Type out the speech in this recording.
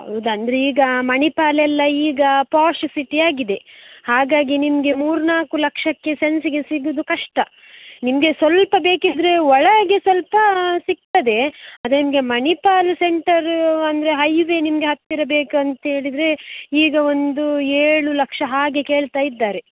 ಹೌದಾ ಅಂದರೆ ಈಗ ಮಣಿಪಾಲ್ ಎಲ್ಲ ಈಗ ಪಾಶ್ ಸಿಟಿ ಆಗಿದೆ ಹಾಗಾಗಿ ನಿಮಗೆ ಮೂರು ನಾಲ್ಕು ಲಕ್ಷಕ್ಕೆ ಸೆನ್ಸಿಗೆ ಸಿಗೋದು ಕಷ್ಟ ನಿಮಗೆ ಸ್ವಲ್ಪ ಬೇಕಿದ್ದರೆ ಒಳಗೆ ಸ್ವಲ್ಪ ಸಿಗ್ತದೆ ಆದರೆ ನಿಮಗೆ ಮಣಿಪಾಲ್ ಸೆಂಟರ್ ಅಂದರೆ ಹೈವೇ ನಿಮಗೆ ಹತ್ತಿರ ಬೇಕಂಥೇಳಿದ್ರೆ ಈಗ ಒಂದು ಏಳು ಲಕ್ಷ ಹಾಗೆ ಕೇಳ್ತಾಯಿದ್ದಾರೆ